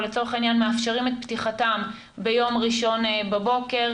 או לצורך העניין מאפשרים את פתיחתם ביום ראשון בבוקר,